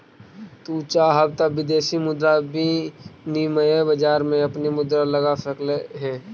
तू चाहव त विदेशी मुद्रा विनिमय बाजार में अपनी मुद्रा लगा सकलअ हे